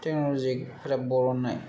technology फोरा बरननाय